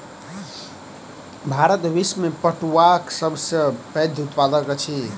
भारत विश्व में पटुआक सब सॅ पैघ उत्पादक अछि